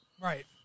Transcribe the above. Right